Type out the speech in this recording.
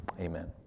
Amen